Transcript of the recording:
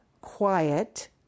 quiet